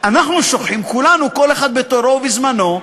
אנחנו שוכחים, כולנו, כל אחד בתורו ובזמנו,